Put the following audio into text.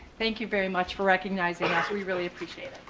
thank you very much for recognizing us. we really appreciate